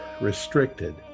restricted